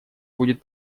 будет